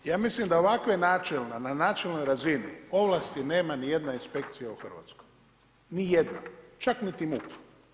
Ja mislim da ovakve načelna na načelnoj razini ovlasti nema nijedna inspekcija u Hrvatskoj, nijedna, čak niti MUP.